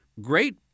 great